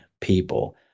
people